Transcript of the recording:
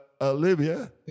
Olivia